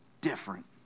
different